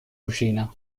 cucina